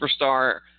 superstar